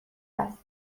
است